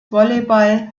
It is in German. volleyball